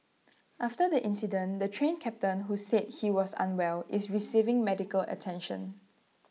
after the incident the Train Captain who said he was unwell is receiving medical attention